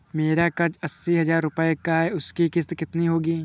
मेरा कर्ज अस्सी हज़ार रुपये का है उसकी किश्त कितनी होगी?